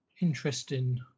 interesting